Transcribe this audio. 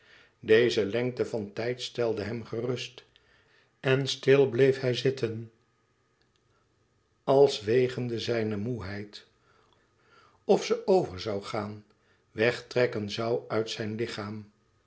deze lengte van tijd stelde hem gerust en stil bleef hij zitten als wegende zijne moêheid of ze over zoû gaan wegtrekken zoû uit zijn lichaam